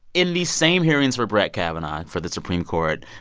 in these same hearings for brett kavanaugh for the supreme court,